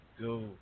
go